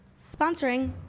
sponsoring